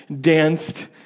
danced